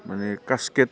मानि कासकिद